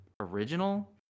original